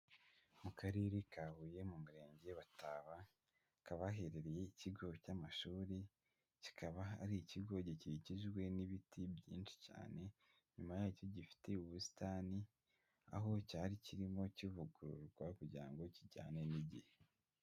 Mu karere ka Huye, mu murenge wa Taba, hakaba haherereye ikigo cy'amashuri, kikaba ari ikigo gikikijwe n'ibiti byinshi cyane, inyuma yacyo gifite ubusitani, aho cyari kirimo kivugururwa kugira ngo kijyane n'igihe.